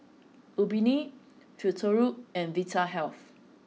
Obimin Futuro and Vitahealth